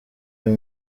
uyu